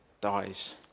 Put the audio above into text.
dies